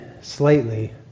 slightly